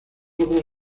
obras